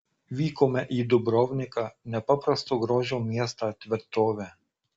vykome ir į dubrovniką nepaprasto grožio miestą tvirtovę